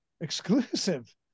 exclusive